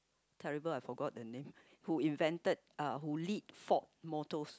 terrible I forget the name who invented uh who lead Ford motors